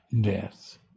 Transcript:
death